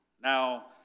Now